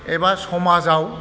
एबा समाजाव